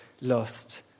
lost